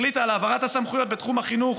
החליטה על העברת הסמכויות בתחום החינוך